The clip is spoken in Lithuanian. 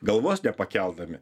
galvos nepakeldami